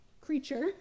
creature